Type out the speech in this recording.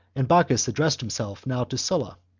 and bocchus addressed himself now to sulla,